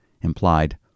implied